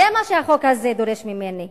זה מה שהחוק הזה דורש ממני.